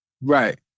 Right